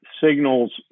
signals